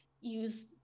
use